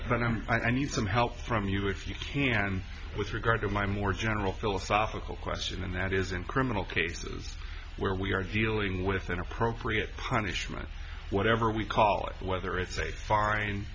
know i need some help from you if you can with regard to my more general philosophical question and that is in criminal cases where we are dealing with inappropriate honey shouldn't whatever we call it whether it's a fine